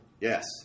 Yes